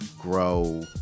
grow